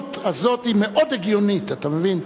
הפרשנות הזאת היא מאוד הגיונית, אתה מבין?